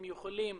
הם יכולים